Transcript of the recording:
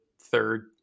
third